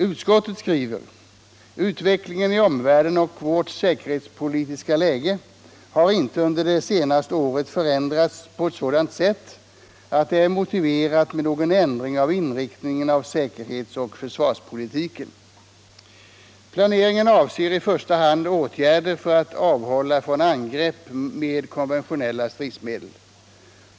Utskottet skriver: ”Utvecklingen i omvärlden och vårt säkerhetspolitiska läge har inte under det senaste året förändrats på sådant sätt att det är motiverat med någon ändring av inriktningen av säkerhetsoch försvarspolitiken. —-—-- Planeringen avser i första hand åtgärder för att avhålla från angrepp med konventionella stridsmedel.